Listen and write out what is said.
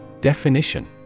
Definition